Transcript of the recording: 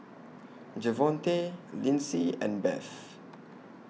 Javonte Lyndsey and Beth